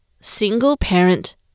single-parent